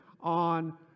on